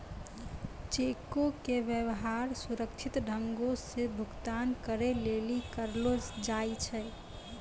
चेको के व्यवहार सुरक्षित ढंगो से भुगतान करै लेली करलो जाय छै